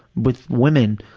with women.